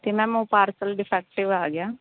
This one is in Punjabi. ਅਤੇ ਮੈਮ ਉਹ ਪਾਰਸਲ ਡਿਫੈਕਟਿਵ ਆ ਗਿਆ